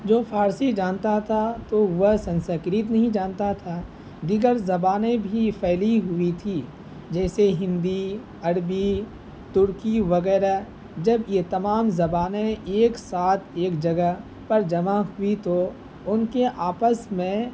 جو فارسی جانتا تھا تو وہ سنسکرت نہیں جانتا تھا دیگر زبانیں بھی پھیلی ہوئی تھیں جیسے ہندی عربی ترکی وغیرہ جب یہ تمام زبانیں ایک ساتھ ایک جگہ پر جمع ہوئیں تو ان کے آپس میں